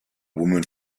woman